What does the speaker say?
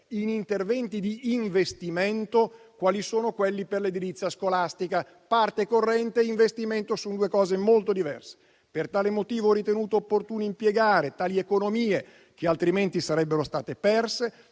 in interventi di investimento quali sono quelli per l'edilizia scolastica (parte corrente e investimento su due cose molto diverse). Per tale motivo ho ritenuto opportuno impiegare tali economie, che altrimenti sarebbero state perse,